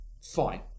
fine